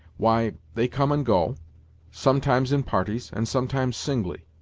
why, they come and go sometimes in parties, and sometimes singly.